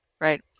right